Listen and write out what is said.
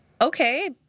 Okay